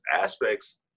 aspects